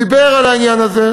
דיבר על העניין הזה.